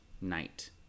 Night